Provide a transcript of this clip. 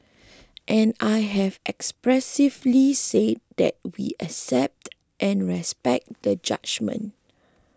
and I have expressively said that we accept and respect the judgement